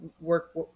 work